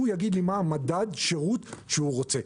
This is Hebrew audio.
הוא יגיד לי מה מדד השירות שהוא רוצה.